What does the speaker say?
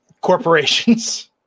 Corporations